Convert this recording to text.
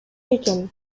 экен